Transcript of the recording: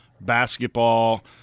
basketball